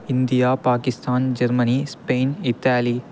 India Pakistan Germany Spain Italy